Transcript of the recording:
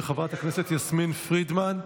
של חברת הכנסת יסמין פרידמן.